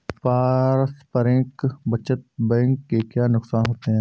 पारस्परिक बचत बैंक के क्या नुकसान होते हैं?